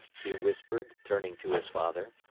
he whispered, turning to his father.